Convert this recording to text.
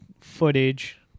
footage